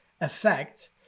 effect